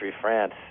France